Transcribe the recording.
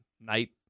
Night